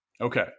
Okay